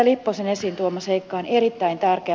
lipposen esiin tuoma seikka on erittäin tärkeä